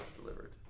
delivered